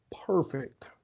perfect